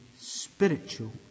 spiritual